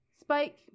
Spike